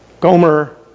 Gomer